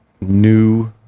new